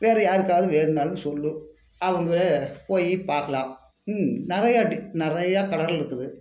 வேறு யாருக்காவது வேணுன்னாலும் சொல்லு அவங்க போய் பார்க்கலாம் நிறையா டி நிறையா கலரில் இருக்குது